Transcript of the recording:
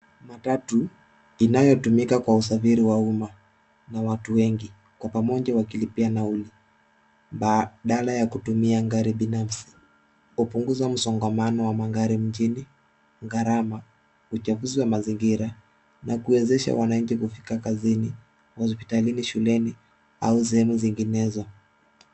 Matatu inayotumika kwa usafiri wa umma na watu wengi, kwa pamoja wakilipia nauli badala ya kutumia gari binafsi. Hupunguza msongamano wa magari mjini, gharama, uchafuzi wa mazingira na kuwezesha wananchi kufika kazini, hospitalini, shuleni au sehemu nyinginezo.